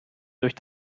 durch